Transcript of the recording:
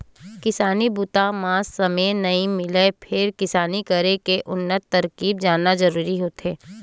किसानी बूता म समे नइ मिलय फेर किसानी करे के उन्नत तरकीब जानना जरूरी होथे